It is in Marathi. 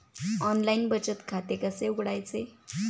ऑनलाइन बचत खाते कसे उघडायचे?